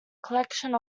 collection